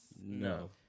No